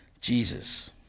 Jesus